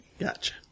Gotcha